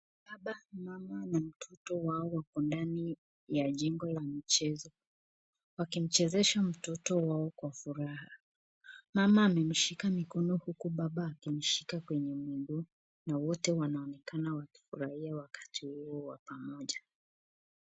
Baba, mama na mtoto wao wako ndani ya jengo la mchezo, wakimchezesha mtoto wao kwa furaha. Mama amemshika mikono huku baba akimshika kwenye mguu na wote wanaonekana wakifurahia wakati huo wa pamoja.